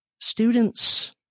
students